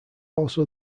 also